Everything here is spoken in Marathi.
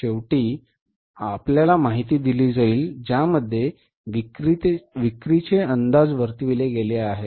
शेवटी आपल्याला माहिती दिली जाईल ज्यामध्ये विक्रीचे अंदाज वर्तविले गेले आहे